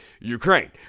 Ukraine